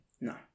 No